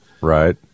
Right